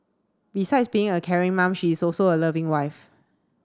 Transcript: besides being a caring mom she is also a loving wife